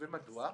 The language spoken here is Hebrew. מדוע?